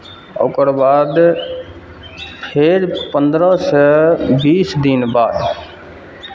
ओकर बाद फेर पन्द्रहसँ बीस दिन बाद